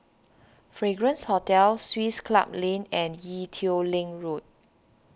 Fragrance Hotel Swiss Club Lane and Ee Teow Leng Road